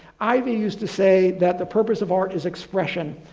ivey used to say that the purpose of art is expression.